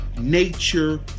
nature